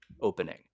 opening